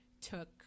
took